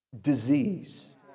disease